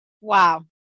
Wow